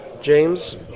james